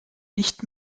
nicht